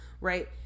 right